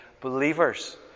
believers